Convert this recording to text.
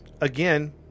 again